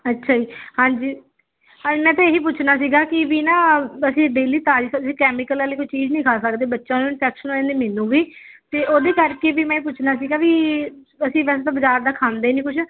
ਅੱਛਾ ਜੀ ਹਾਂਜੀ ਹਾਂਜੀ ਮੈਂ ਤਾਂ ਇਹ ਹੀ ਪੁੱਛਣਾ ਸੀਗਾ ਕਿ ਵੀ ਨਾ ਅਸੀਂ ਡੇਲੀ ਤਾਜ਼ੀ ਸਬਜ਼ੀ ਕੈਮੀਕਲ ਵਾਲੀ ਕੋਈ ਚੀਜ਼ ਨਹੀਂ ਖਾ ਸਕਦੇ ਬੱਚਿਆਂ ਨੂੰ ਇੰਨਫੈਕਸ਼ਨ ਹੋ ਜਾਂਦੀ ਮੈਨੂੰ ਵੀ ਅਤੇ ਉਹਦੇ ਕਰਕੇ ਵੀ ਮੈਂ ਪੁੱਛਣਾ ਸੀਗਾ ਵੀ ਅਸੀਂ ਵੈਸੇ ਤਾਂ ਬਾਜ਼ਾਰ ਦਾ ਖਾਂਦੇ ਨਹੀਂ ਕੁਛ